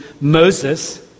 Moses